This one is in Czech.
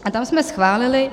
A tam jsme schválili: